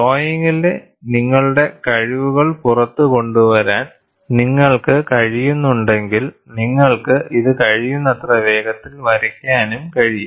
ഡ്രോയിംഗിലെ നിങ്ങളുടെ കഴിവുകൾ പുറത്ത് കൊണ്ടുവരുവാൻ നിങ്ങൾക്ക് കഴിയുന്നുണ്ടെങ്കിൽ നിങ്ങൾക്ക് ഇത് കഴിയുന്നത്ര വേഗത്തിൽ വരയ്ക്കാനും കഴിയും